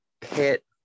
pit